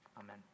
Amen